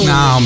Now